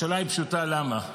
השאלה היא פשוטה: למה?